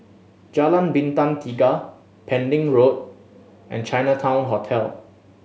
Jalan Bintang Tiga Pending Road and Chinatown Hotel